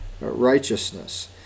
righteousness